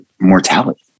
mortality